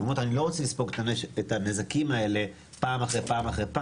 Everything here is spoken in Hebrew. והן אומרות: אני לא רוצה לספוג את הנזקים האלה פעם אחרי פעם.